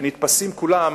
שנתפסים כולם,